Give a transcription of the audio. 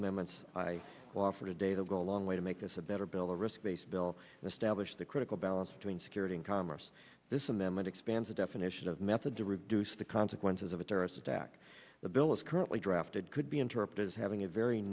moments i offer today to go a long way to make this a better bill a risk based bill and stablished the critical balance between security and commerce this amendment expands the definition of method to reduce the consequences of a terrorist attack the bill is currently drafted could be interpreted as having a very